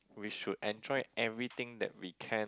we should enjoy everything that we can